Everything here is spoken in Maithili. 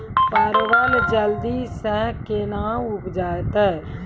परवल जल्दी से के ना उपजाते?